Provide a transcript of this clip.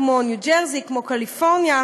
כמו ניו ג'רסי וקליפורניה,